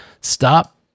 stop